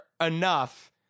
enough